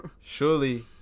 surely